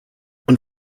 und